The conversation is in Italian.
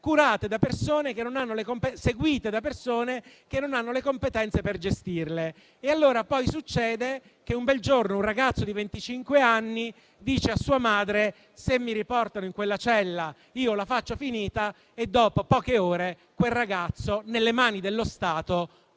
seguite da persone che non hanno le competenze per gestirle. Poi succede che un bel giorno un ragazzo di venticinque anni dice a sua madre "se mi riportano in quella cella, io la faccio finita", e dopo poche ore quel ragazzo nelle mani dello Stato